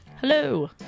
Hello